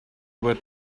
were